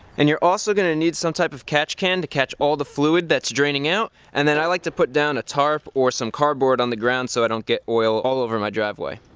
and you're also going to need some type of catch can to catch all the fluid that's draining out and then i like to put down a tarp or some cardboard on the ground so i don't get oil all over my driveway.